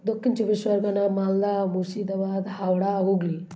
দক্ষিণ চব্বিশ পরগনা মালদা মুর্শিদাবাদ হাওড়া হুগলী